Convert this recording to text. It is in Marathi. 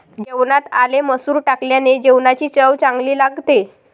जेवणात आले मसूर टाकल्याने जेवणाची चव चांगली लागते